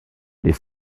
les